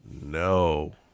No